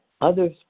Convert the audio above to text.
others